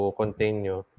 continue